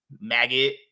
maggot